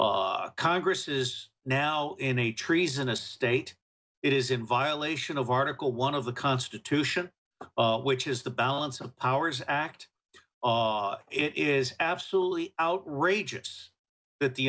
congress is now in a treasonous state it is in violation of article one of the constitution which is the balance of powers act it is absolutely outrageous that the